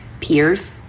peers